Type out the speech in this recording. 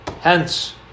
Hence